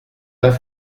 pas